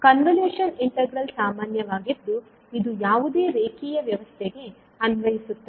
convolution integral ಸಾಮಾನ್ಯವಾಗಿದ್ದು ಇದು ಯಾವುದೇ ರೇಖೀಯ ವ್ಯವಸ್ಥೆಗೆ ಅನ್ವಯಿಸುತ್ತದೆ